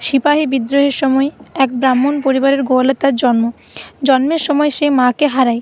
সিপাহি বিদ্রোহের সময় এক ব্রাহ্মণ পরিবারের গোয়ালে তার জন্ম জন্মের সময় সে মাকে হারায়